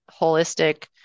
holistic